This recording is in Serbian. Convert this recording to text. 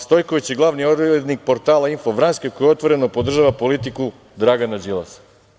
Stojković je glavni i odgovorni urednik portala „Info vranjski“ koji otvoreno podržava politiku Dragana Đilasa.